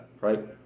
right